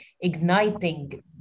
igniting